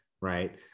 right